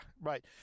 right